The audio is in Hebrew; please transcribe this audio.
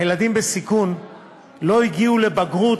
הילדים בסיכון לא הגיעו לבגרות,